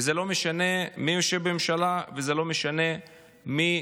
וזה לא משנה מי יושב בממשלה וזה לא משנה מי